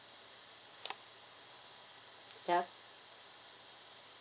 ya